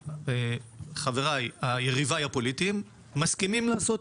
שיריביי הפוליטיים מסכימים לעשות.